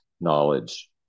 knowledge